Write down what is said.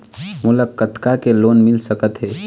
मोला कतका के लोन मिल सकत हे?